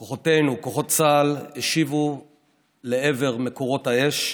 כוחותינו, כוחות צה"ל, השיבו לעבר מקורות האש,